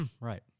right